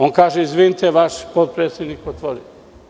On kaže, izvinite, vaš potpredsednik je otvorio.